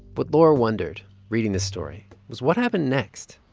what laura wondered reading this story was, what happened next?